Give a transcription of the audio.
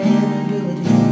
inability